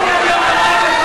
בשב"כ.